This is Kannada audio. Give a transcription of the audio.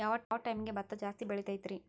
ಯಾವ ಟೈಮ್ಗೆ ಭತ್ತ ಜಾಸ್ತಿ ಬೆಳಿತೈತ್ರೇ?